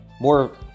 more